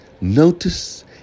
Notice